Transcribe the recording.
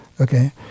Okay